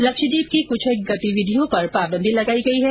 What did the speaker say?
लक्षद्वीप के कुछेक गतिविधियों पर पाबंदी लगाई गई हैं